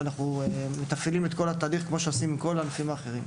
ואנחנו מתפעלים את התהליך כמו שעושים בכל הענפים האחרים.